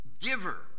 giver